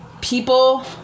people